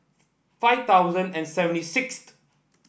five thousand and seventy sixth